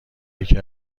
یکی